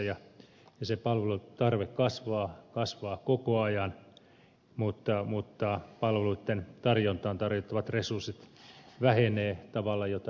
se palvelun tarve kasvaa koko ajan mutta palveluitten tarjontaan tarjottavat resurssit vähenevät tavalla jota ed